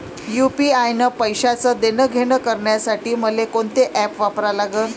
UPI न पैशाचं देणंघेणं करासाठी मले कोनते ॲप वापरा लागन?